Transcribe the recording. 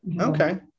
Okay